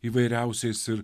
įvairiausiais ir